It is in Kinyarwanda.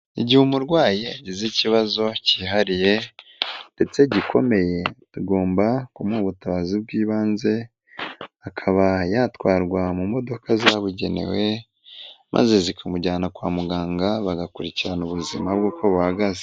Igihe umurwayi yagize ikibazo cyihariye ndetse gikomeye tugomba kumuha ubutabazi bw'ibanze akaba yatwarwa mu modoka zabugenewe maze zikamujyana kwa muganga bagakurikirana ubuzima bwe uko buhagaze.